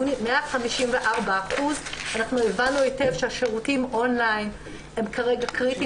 יוני 154%. אנחנו הבנו היטב שהשירותים און-ליין הם כרגע קריטיים,